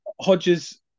Hodges